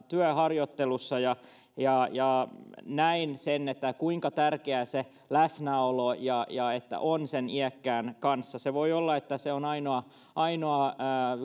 työharjoittelussa ja ja näin sen kuinka tärkeää on se läsnäolo ja se että on sen iäkkään kanssa voi olla että se on ainoa ainoa